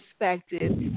perspective